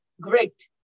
great